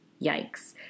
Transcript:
Yikes